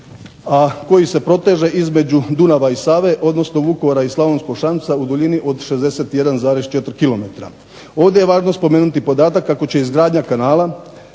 a koji se proteže između Dunava i Save, odnosno Vukovara i Slavonskog Šamca u duljini od 61,4 km. Ovdje je važno spomenuti i podatak kako će izgradnja kanala